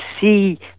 see